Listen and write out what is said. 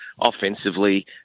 offensively